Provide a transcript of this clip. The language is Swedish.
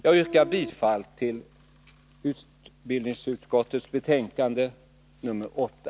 Jag yrkar bifall till utbildningsutskottets hemställan i dess betänkande nr 8.